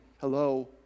hello